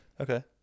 Okay